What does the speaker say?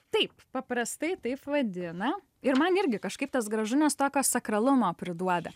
taip paprastai taip vadina ir man irgi kažkaip tas gražu nes tokio sakralumo priduoda